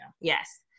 Yes